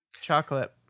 Chocolate